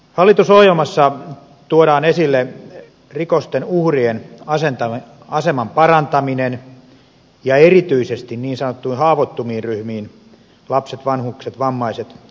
hallitusohjelmassa tuodaan esille rikosten uhrien aseman parantaminen ja erityisesti niin sanottuihin haavoittuviin ryhmiin lapset vanhukset vammaiset jnp